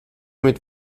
mit